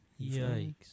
Yikes